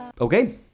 Okay